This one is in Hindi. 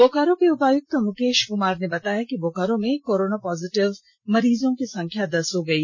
बोकारो के उपायुक्त मुकेष कुमार ने बताया कि बोकारो में कोरोना पॉजिटिव मरीजों की संख्या दस हो गई